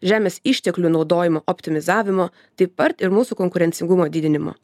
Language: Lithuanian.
žemės išteklių naudojimo optimizavimo taip pat ir mūsų konkurencingumo didinimo